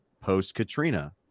post-Katrina